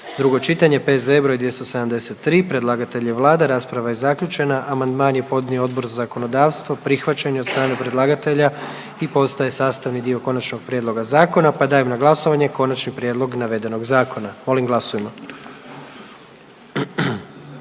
drugo čitanje, P.Z.E. broj 273. Predlagatelj je vlada, rasprava je zaključena. Amandman je podnio Odbor za zakonodavstvo, prihvaćen je od strane predlagatelja i postaje sastavni dio konačnog prijedloga zakona pa dajem na glasovanje konačni prijedlog navedenog zakona. Molim glasujmo.